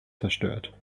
zerstört